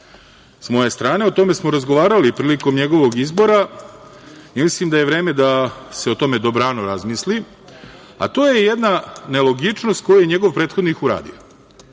s moje strane. O tome smo razgovarali prilikom njegovog izbora i mislim da je vreme da se o tome dobrano razmisli, a to je jedna nelogičnost koju je njegov prethodnik uradio.